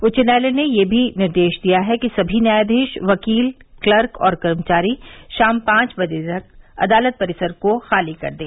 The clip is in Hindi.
उच्च न्यायालय ने यह भी निर्देश दिया है कि सभी न्यायाधीश वकील क्लर्क और कर्मचारी शाम पांच बजे तक अदालत परिसर को खाली कर दें